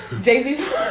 Jay-Z